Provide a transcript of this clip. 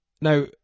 Now